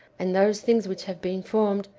and those things which have been formed,